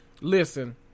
Listen